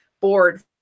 board